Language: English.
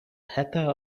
heather